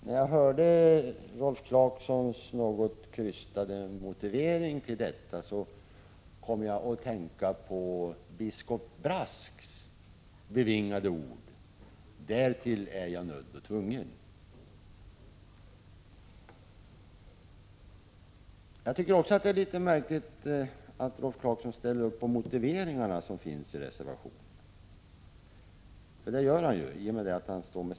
När jag hörde Rolf Clarksons något krystade motivering kom jag att tänka på biskop Brasks bevingade ord: ”Därtill är jag nödd och tvungen.” Jag tycker också att det är litet märkligt att Rolf Clarkson ställer upp på motiveringarna i reservationen. Det gör han ju, eftersom hans namn finns med.